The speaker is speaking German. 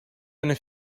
eine